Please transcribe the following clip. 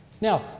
Now